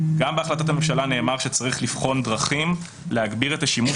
גם בהחלטת הממשלה נאמר ש"צריך לבחון דרכים להגביר את השימוש